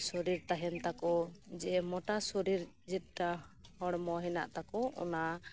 ᱥᱚᱨᱤᱨ ᱛᱟᱦᱮᱱ ᱛᱟᱠᱚ ᱡᱮ ᱢᱚᱴᱟ ᱥᱚᱨᱤᱨᱡᱮᱴᱟ ᱦᱚᱲᱢᱚ ᱦᱮᱱᱟᱜ ᱛᱟᱠᱚ ᱚᱱᱟ